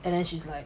and then she's like